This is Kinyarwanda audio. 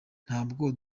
ntabwo